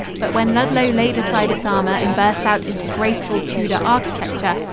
but when ludlow laid aside its armour and burst out into graceful tudor architecture,